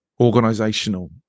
organizational